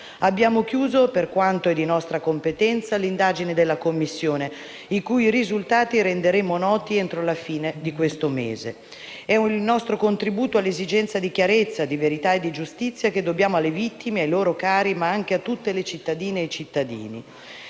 abbiamo chiuso, per quanto è di nostra competenza, l'indagine della Commissione, i cui risultati renderemo noti entro la fine di questo mese. È il nostro contributo all'esigenza di chiarezza, di verità e di giustizia che dobbiamo alle vittime, ai loro cari, ma anche a tutte le cittadine e tutti i cittadini.